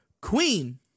Queen